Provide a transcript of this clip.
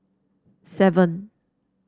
seven